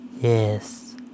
yes